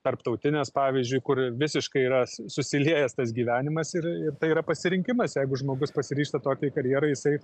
tarptautines pavyzdžiui kur visiškai yra susiliejęs tas gyvenimas ir tai yra pasirinkimas jeigu žmogus pasiryžta tokiai karjerai jisai